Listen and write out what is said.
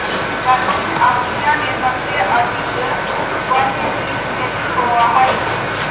दक्षिण अफ्रीका में सबसे अधिक वन्यजीव खेती होबा हई